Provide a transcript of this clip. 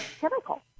chemical